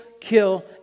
kill